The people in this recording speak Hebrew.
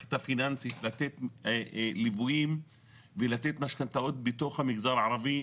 המערכת הפיננסית לתת ליווים ולתת משכנתאות בתוך המגזר הערבי,